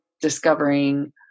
discovering